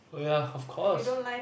ya of course